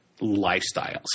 lifestyles